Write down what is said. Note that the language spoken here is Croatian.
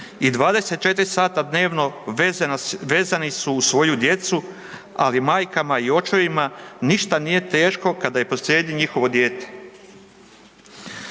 I 24 sata dnevno vezani su uz svoju djecu, ali majkama i očevima ništa nije teško kada je posrijedi njihovo dijete.